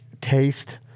taste